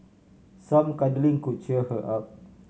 some cuddling could cheer her up